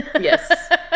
Yes